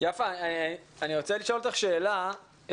אני רוצה לשאול אותך שאלה.